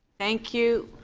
thank you.